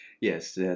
yes